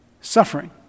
Suffering